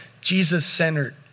Jesus-centered